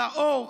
על האור,